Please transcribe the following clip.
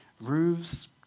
roofs